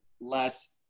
less